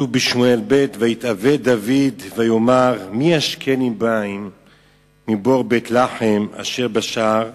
כתוב בשמואל ב': "ויתאוה דוד ויאמר מי ישקני מים מבאר בית-לחם אשר בשער.